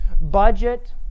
budget